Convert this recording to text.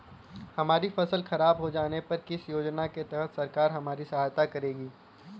हमारी फसल खराब हो जाने पर किस योजना के तहत सरकार हमारी सहायता करेगी?